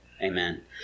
Amen